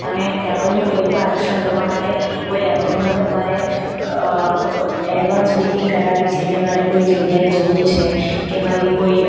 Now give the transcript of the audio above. અને ટેબલનું વહેલું આરક્ષણ કરવા માટે કોઈ મતલબ મારે એડવાન્સ બુકિંગ કરાવવી છે કે મારે કોઈ જગ્યાએ જવું છે કે મારી કોઈ